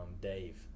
Dave